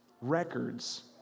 records